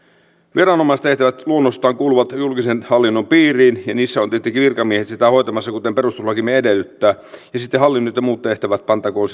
viranomaistehtävät luonnostaan kuuluvat julkisen hallinnon piiriin ja niissä ovat tietenkin virkamiehet sitä hoitamassa kuten perustuslakimme edellyttää ja sitten hallinnot ja muut tehtävät pantakoon